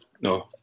No